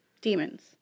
demons